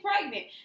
pregnant